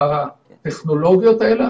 והטכנולוגיות האלה,